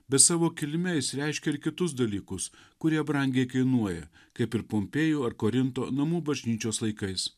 bet savo kilme jis reiškia ir kitus dalykus kurie brangiai kainuoja kaip ir pompėjų ar korinto namų bažnyčios laikais